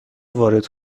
وارد